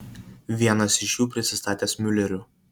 vienas iš jų prisistatęs miuleriu